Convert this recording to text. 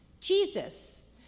Jesus